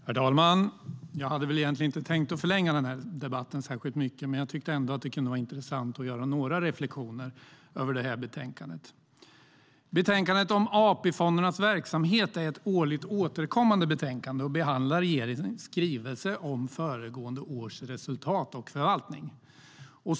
Herr talman! Jag hade väl egentligen inte tänkt förlänga debatten särskilt mycket, men jag tycker ändå att det kan vara intressant att göra några reflexioner över det här betänkandet. Betänkandet om AP-fondernas verksamhet är årligt återkommande, och där behandlas regeringens skrivelse om föregående års resultat och förvaltning.